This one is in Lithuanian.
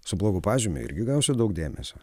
su blogu pažymiu irgi gausi daug dėmesio